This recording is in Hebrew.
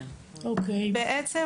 בעצם